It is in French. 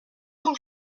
grand